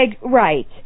Right